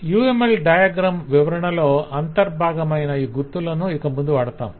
UML diagram వివరణలో అంతర్భాగమైన ఈ గుర్తులను ఇక ముందు వాడతాం